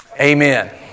Amen